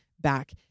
back